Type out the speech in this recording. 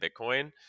Bitcoin